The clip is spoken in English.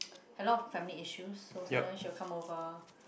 a lot of family issues so sometime she will come over